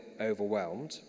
overwhelmed